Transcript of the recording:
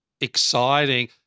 exciting